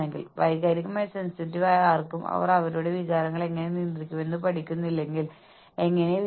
കമ്പനിയുടെ പ്രകടനം ജീവനക്കാർ അവരുടെ ജോലിയിൽ ചെയ്യുന്നതിന്റെ ഫലമാണ്